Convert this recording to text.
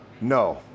no